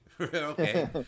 Okay